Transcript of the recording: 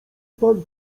pan